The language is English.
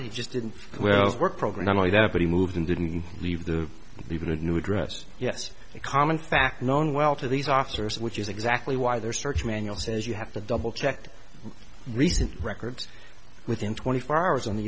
it he just didn't welles work program not only that but he moved and didn't leave the leave in a new address yes a common fact known well to these officers which is exactly why their search manual says you have to double checked recent records within twenty four hours on the